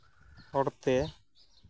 ᱦᱚᱲᱛᱮ